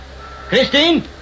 Christine